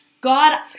God